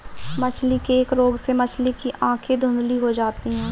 मछली के एक रोग से मछली की आंखें धुंधली हो जाती है